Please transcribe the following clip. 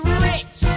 rich